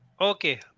okay